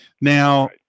Now